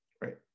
Right